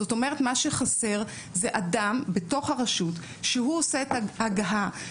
זאת אומרת מה שחסר זה אדם בתוך הרשות שהוא עושה את ההגהה,